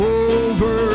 over